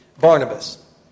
Barnabas